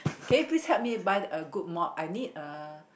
can you please help me to buy a good mop I need a